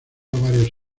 varias